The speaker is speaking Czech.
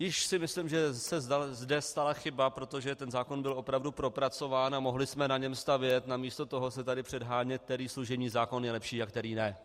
Již si myslím, že se zde stala chyba, protože ten zákon byl opravdu propracován a mohli jsme na něm stavět namísto toho se tady předhánět, který služební zákon je lepší a který ne.